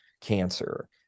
cancer